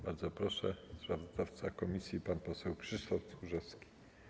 Bardzo proszę, sprawozdawca komisji pan poseł Krzysztof Tchórzewski.